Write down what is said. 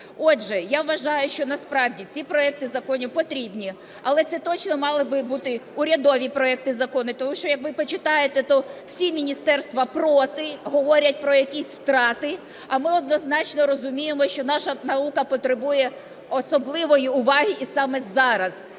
Отже, я вважаю, що насправді ці проекти законів потрібні, але це точно мали би бути урядові проекти законів. Тому що як ви почитаєте, то всі міністерства проти, говорять про якісь втрати, а ми однозначно розуміємо, що наша наука потребує особливої уваги. І саме зараз